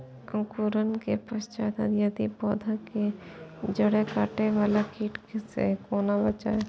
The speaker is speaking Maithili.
अंकुरण के पश्चात यदि पोधा के जैड़ काटे बाला कीट से कोना बचाया?